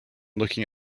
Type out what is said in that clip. looking